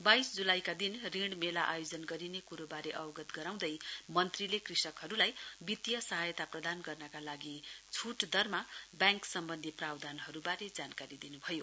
वाइस जुलाईका दिन ऋण मेला आयोजना गरिने कुरोबारे अवगत गराउँदै मन्त्रीले कृषकहरूलाई वितिय सहायता प्रदान गर्नका लागि छुट दरमा ब्याङ्क सम्बन्धी प्रावधानहरूबारे जानकारी दिनु भयो